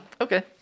Okay